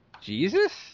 Jesus